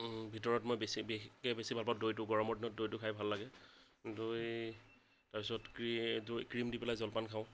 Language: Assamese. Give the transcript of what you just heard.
ভিতৰত মই বেছি বিশেষকে বেছি ভাল পাওঁ দৈটো গৰমৰ দিনত দৈটো খাই ভাল লাগে দৈ তাৰপিছত দৈ ক্ৰীম দি পেলাই জলপান খাওঁ